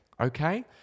okay